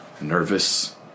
nervous